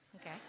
okay